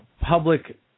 public